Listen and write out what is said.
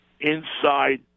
inside